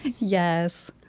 Yes